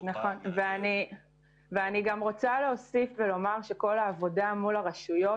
אני רוצה להוסיף שכל העבודה מול הרשויות,